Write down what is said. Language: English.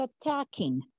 attacking